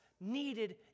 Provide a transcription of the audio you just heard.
needed